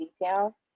detail